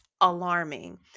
alarming